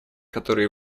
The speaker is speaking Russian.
которые